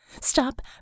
Stop